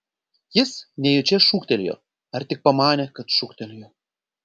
jis nejučia šūktelėjo ar tik pamanė kad šūktelėjo